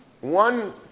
One